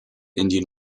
indian